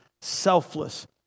selfless